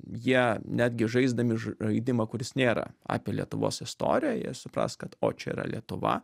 jie netgi žaisdami žaidimą kuris nėra apie lietuvos istoriją jie supras kad o čia yra lietuva